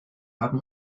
haben